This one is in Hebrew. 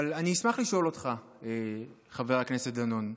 אשמח לשאול אותך, חבר הכנסת דנון,